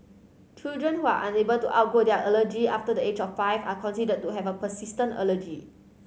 children who are unable to outgrow their allergy after the age of five are considered to have persistent allergy